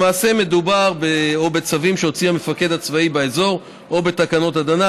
או בצווים שהוציא המפקד הצבאי באזור או בתקנות הגנה,